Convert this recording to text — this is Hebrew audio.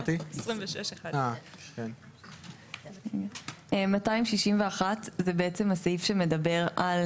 261 (ד) זה סעיף שמדבר על